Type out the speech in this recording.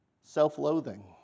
self-loathing